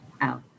out